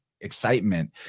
excitement